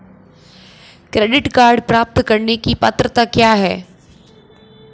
Credit card प्राप्त करने की पात्रता क्या है?